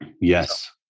Yes